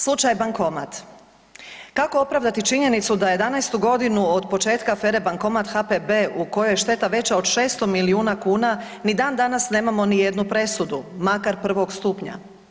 Slučaj Bankomat, kako opravdati činjenicu da 11-tu godinu od početka afere Bankomat HPB u kojoj je šteta veća od 600 milijuna kuna ni dan danas nemamo ni jednu presudu, makar prvog stupnja.